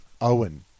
Owen